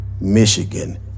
Michigan